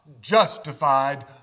justified